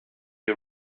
you